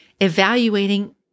evaluating